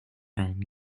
ren